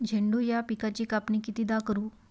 झेंडू या पिकाची कापनी कितीदा करू?